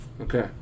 Okay